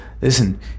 Listen